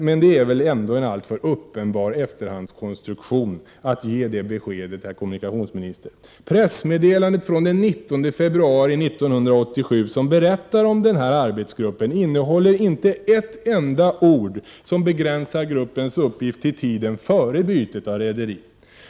Men det är väl ändå en alltför uppenbar efterhandskonstruktion att ge det beskedet, herr kommunikationsminister. Pressmeddelandet från den 19 februari 1987 som berättar om den här arbetsgruppen innehåller inte ett enda ord som begränsar gruppens uppgift till tiden före bytet av rederi.